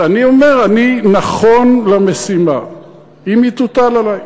אומר: אני נכון למשימה אם היא תוטל עלי.